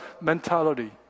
mentality